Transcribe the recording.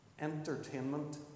entertainment